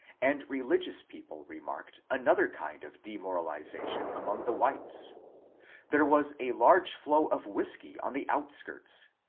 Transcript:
and religious people remarked another kind of demoralization among the whites there was a large flow of whiskey on the outskirts,